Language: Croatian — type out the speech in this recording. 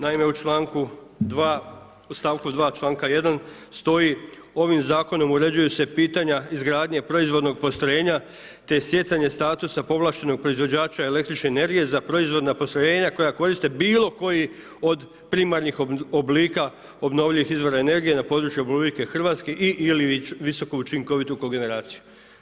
Naime, u stavku 2. članka 1. stoji: Ovim zakonom uređuju se pitanja izgradnje proizvodnog postrojenja te stjecanje statusa povlaštenog proizvođača električne energije za proizvodna postrojenja koja koriste bilokoji od primarnih oblika obnovljivih izvora energije na području RH i/ili visoku učinkovitu kogeneraciju.